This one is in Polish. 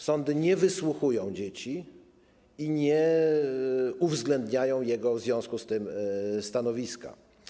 Sądy nie wysłuchują dzieci i nie uwzględniają jego w związku z tym stanowiska.